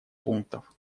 пунктов